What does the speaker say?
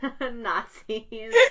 Nazis